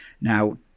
Now